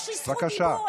יש לי זכות דיבור,